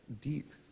deep